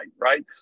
right